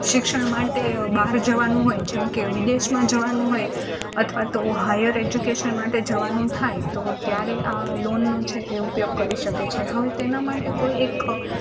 શિક્ષણ માટે બહાર જવાનું હોય જેમકે વિદેશમાં જવાનું હોય અથવા તો હાયર એજ્યુકેશન માટે જવાનું થાય તો ત્યારે આ લોનનો છે એ ઉપયોગ કરી શકે છે હવે તેના માટે કોઈ એક